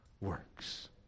works